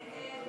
ההסתייגות